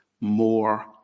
more